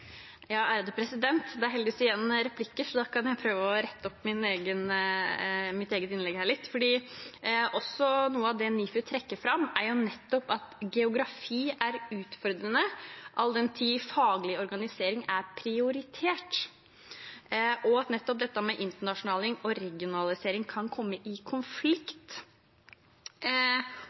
Det er heldigvis replikker igjen, så da kan jeg prøve å rette opp litt min forrige replikk. Noe av det NIFU trekker fram, er nettopp at geografi er utfordrende, all den tid faglig organisering er prioritert, og at nettopp dette med internasjonalisering og regionalisering kan komme i konflikt.